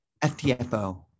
FTFO